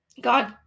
God